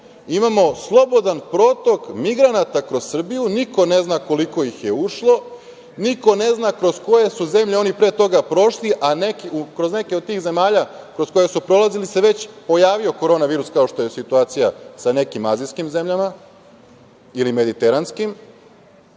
imamo slobodan protok migranata kroz Srbiju, niko ne zna koliko ih je ušlo, niko ne zna kroz koje su zemlje oni prošli, a kroz neke od tih zemalja kroz koje su prolazili se već pojavio korona virus, kao što je situacija sa nekim azijskim zemljama ili mediteranskim.